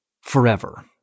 forever